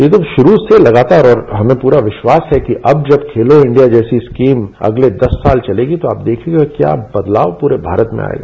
ये तो शुरू से लगातार और हमें प्ररा विश्वास है कि अब जब खेलो इंडिया जैसी स्कीम अगले दस साल चलेगी तो आप देखिएगा क्या बदलाव पूरे भारत में आएगा